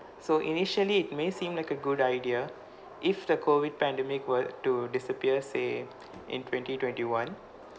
so initially it may seem like a good idea if the COVID pandemic were to disappear say in twenty twenty-one